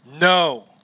No